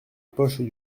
poche